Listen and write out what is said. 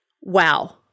Wow